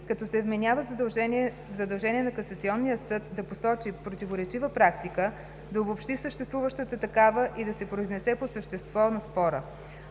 като се вменява в задължение на Касационния съд да посочи противоречива практика, да обобщи съществуващата такава и да се произнесе по съществото на спора.